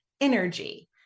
energy